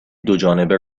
دوجانبه